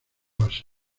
base